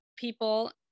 people